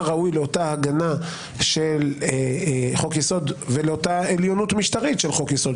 מה ראוי לאותה הגנה של חוק יסוד ולאותה עליונות משטרית של חוק יסוד,